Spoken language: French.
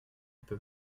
peut